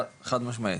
חד משמעית.